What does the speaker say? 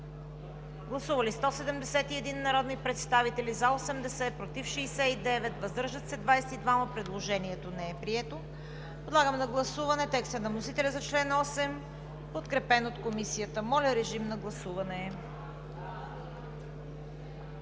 Гласували 197 народни представители: за 89, против 59, въздържали се 49. Предложението не е прието. Подлагам на гласуване текста на вносителя за чл. 2, подкрепен от Комисията. Гласували